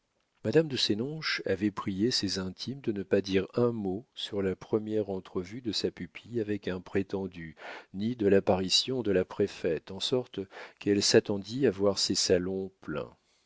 madame de sénonches avait prié ses intimes de ne pas dire un mot sur la première entrevue de sa pupille avec un prétendu ni de l'apparition de la préfète en sorte qu'elle s'attendit à voir ses salons pleins